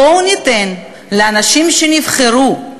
בואו ניתן לאנשים שנבחרו,